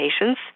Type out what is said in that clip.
patients